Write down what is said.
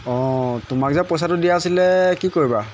অঁ তোমাক যে পইচাটো দিয়া আছিলে কি কৰিবা